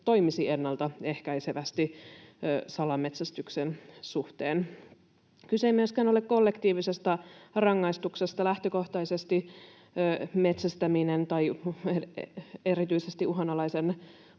toimisi ennalta ehkäisevästi salametsästyksen suhteen. Kyse ei myöskään ole kollektiivisesta rangaistuksesta. Lähtökohtaisesti metsästäminen tai erityisesti uhanalaisen